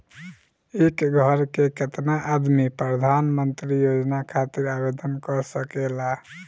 एक घर के केतना आदमी प्रधानमंत्री योजना खातिर आवेदन कर सकेला?